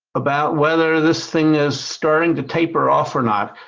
about whether this thing is starting to taper off or not.